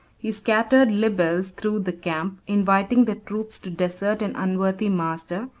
he scattered libels through the camp, inviting the troops to desert an unworthy master,